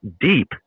deep